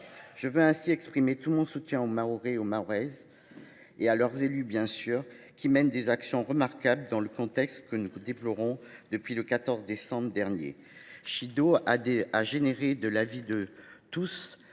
Je veux ainsi exprimer tout mon soutien aux Mahoraises et aux Mahorais, ainsi qu’à leurs élus, qui mènent des actions remarquables dans le contexte que nous déplorons depuis le 14 décembre dernier. Le cyclone Chido a engendré, de l’avis de tous,